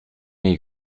jej